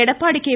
Edappadi K